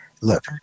Look